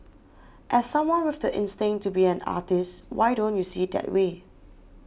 as someone with the instinct to be an artist why don't you see that way